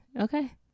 okay